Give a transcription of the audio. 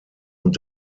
und